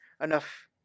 enough